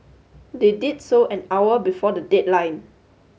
they did so an hour before the deadline